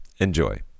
enjoy